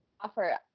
offer